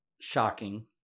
shocking